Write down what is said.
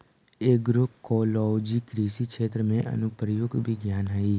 agroecology कृषि क्षेत्र में अनुप्रयुक्त विज्ञान हइ